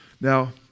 Now